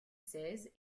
seize